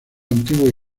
antiguos